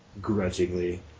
grudgingly